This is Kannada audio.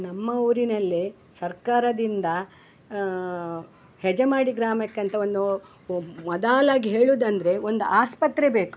ನಮ್ಮ ಊರಿನಲ್ಲಿ ಸರ್ಕಾರದಿಂದ ಹೆಜಮಾಡಿ ಗ್ರಾಮಕ್ಕಂತ ಒಂದು ಮೊದಲಾಗಿ ಹೇಳೋದಂದ್ರೆ ಒಂದು ಆಸ್ಪತ್ರೆ ಬೇಕು